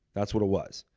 that's what it was.